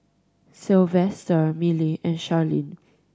Sylvester Milly and Charline